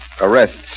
Arrests